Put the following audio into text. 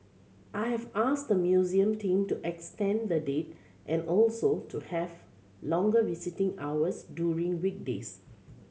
I have asked the museum team to extend the date and also to have longer visiting hours during weekdays